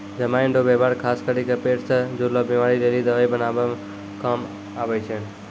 जमाइन रो वेवहार खास करी के पेट से जुड़लो बीमारी लेली दवाइ बनाबै काम मे आबै छै